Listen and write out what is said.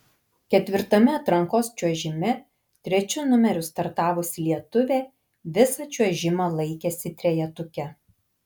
ketvirtame atrankos čiuožime trečiu numeriu startavusi lietuvė visą čiuožimą laikėsi trejetuke